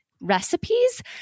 recipes